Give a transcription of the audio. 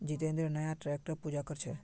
जितेंद्र नया ट्रैक्टरेर पूजा कर छ